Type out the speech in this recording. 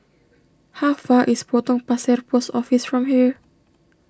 how far is Potong Pasir Post Office from here